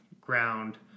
ground –